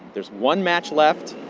there's one match left.